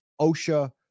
OSHA